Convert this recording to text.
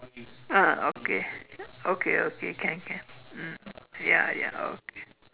ah okay okay okay can can mm ya ya okay